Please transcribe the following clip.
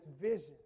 vision